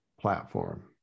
platform